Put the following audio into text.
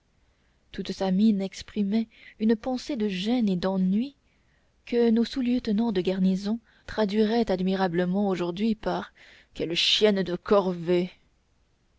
toute sa mine exprimait une pensée de gêne et d'ennui que nos sous lieutenants de garnison traduiraient admirablement aujourd'hui par quelle chienne de corvée